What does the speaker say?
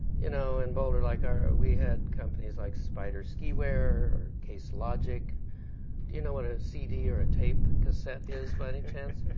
you know in boulder, like ah we had companies like spyder ski wear or case logic do you know what a cd or a tape cassette is, by any chance?